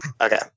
Okay